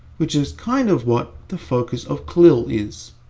which is kind of what the focus of clil is.